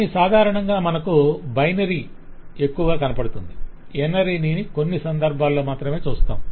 కానీ సాధారణంగా మనకు బైనారీ ఎక్కువగా కనపడుతుంది ఎన్ అరీని కొన్ని సందర్భాలలో మాత్రమే చూస్తాం